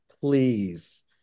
please